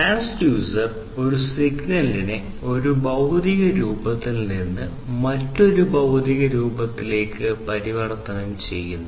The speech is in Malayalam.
ട്രാൻസ്ഡ്യൂസർ ഒരു സിഗ്നലിനെ ഒരു ഭൌതിക രൂപത്തിൽ നിന്ന് മറ്റൊരു ഭൌതിക രൂപത്തിലേക്ക് പരിവർത്തനം ചെയ്യുന്നു